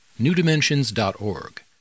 newdimensions.org